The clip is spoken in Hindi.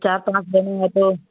चार पाँच लेने है तो